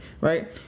Right